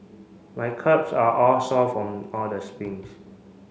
my calves are all sore from all the sprints